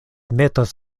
metas